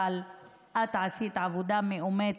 אבל את עשית עבודה מאומצת,